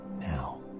now